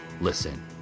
Listen